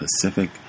Pacific